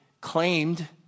claimed